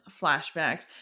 flashbacks